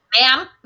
ma'am